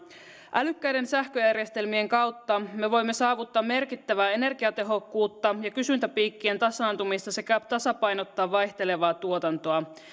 älykkäiden sähköjärjestelmien kautta me voimme saavuttaa merkittävää energiatehokkuutta ja kysyntäpiikkien tasaantumista sekä tasapainottaa vaihtelevaa tuotantoa